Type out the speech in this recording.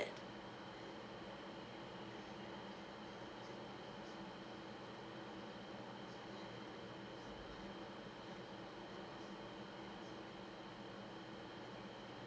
that